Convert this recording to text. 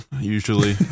usually